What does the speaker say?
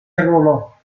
arruolò